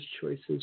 choices